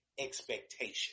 expectation